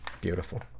Beautiful